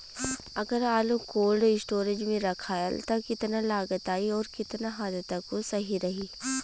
अगर आलू cold storage में रखायल त कितना लागत आई अउर कितना हद तक उ सही रही?